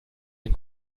den